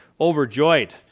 overjoyed